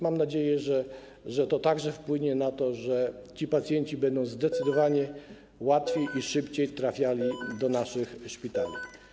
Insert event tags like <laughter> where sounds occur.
Mam więc nadzieję, że to także wpłynie na to, że ci pacjenci będą <noise> zdecydowanie łatwiej i szybciej trafiali do naszych szpitali.